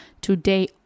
today